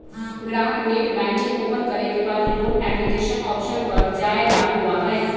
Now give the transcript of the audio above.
ग्राहक net banking open करे के बाद लोन एप्लीकेशन ऑप्शन पर जाय ला होबा हई